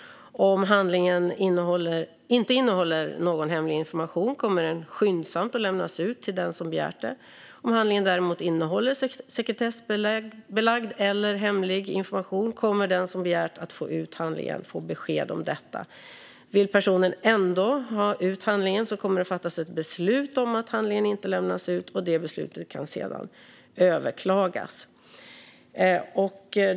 Om handlingen inte innehåller någon hemlig information kommer den skyndsamt att lämnas ut till den som begärt det. Om handlingen däremot innehåller sekretessbelagd eller hemlig information kommer den som begärt att få ut handlingen att få besked om detta. Vill personen ändå ha ut handlingen kommer det att fattas ett beslut om att handlingen inte lämnas ut. Det beslutet kan sedan överklagas.